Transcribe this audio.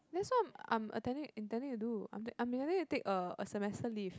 that's what I'm attempting intending to do I'm I'm intending to take a semester leave